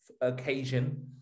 occasion